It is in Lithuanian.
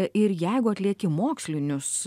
ir jeigu atlieki mokslinius